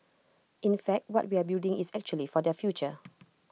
in fact what we are building is actually for their future